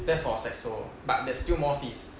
that for saxo but there's still more fees